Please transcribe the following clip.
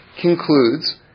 concludes